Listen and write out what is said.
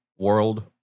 World